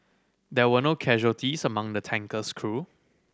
there were no casualties among the tanker's crew